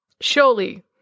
surely